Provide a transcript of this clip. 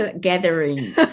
gathering